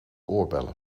oorbellen